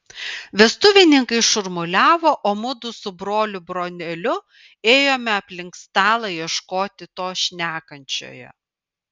vestuvininkai šurmuliavo o mudu su broliu broneliu ėjome aplink stalą ieškoti to šnekančiojo